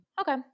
okay